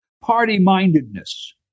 party-mindedness